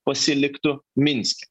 pasiliktų minske